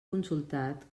consultat